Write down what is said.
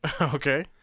Okay